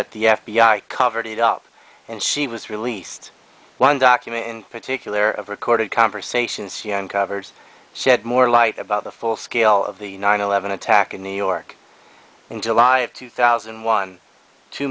at the f b i covered it up and she was released one document in particular of recorded conversations young covers shed more light about the full scale of the nine eleven attack in new york in july of two thousand and one two